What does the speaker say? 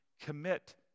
Commit